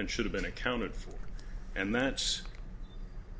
and should have been accounted for and that's